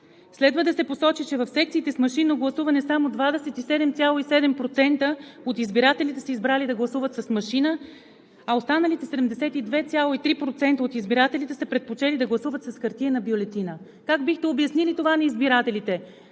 Следва да се посочи, че в секциите с машинно гласуване само 27,7% от избирателите са избрали да гласуват с машина, а останалите 72,3% от избирателите са предпочели да гласуват с хартиена бюлетина“. Как бихте обяснили това на избирателите?